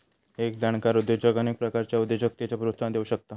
एक जाणकार उद्योजक अनेक प्रकारच्या उद्योजकतेक प्रोत्साहन देउ शकता